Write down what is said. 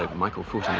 ah michael foot